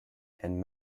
and